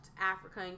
Africa